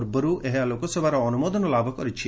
ପୂର୍ବରୁ ଏହା ଲୋକସଭାର ଅନୁମୋଦନ ଲାଭ କରିଛି